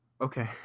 Okay